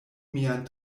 mian